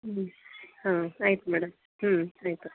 ಹ್ಞೂ ಹಾಂ ಆಯಿತು ಮೇಡಮ್ ಹ್ಞೂ ಆಯಿತು